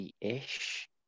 ish